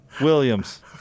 Williams